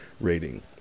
rating